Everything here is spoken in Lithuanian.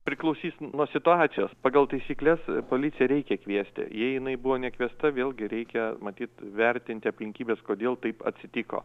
priklausys nuo situacijos pagal taisykles policiją reikia kviesti jei jinai buvo nekviesta vėlgi reikia matyt vertinti aplinkybes kodėl taip atsitiko